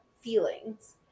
feelings